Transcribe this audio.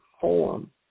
form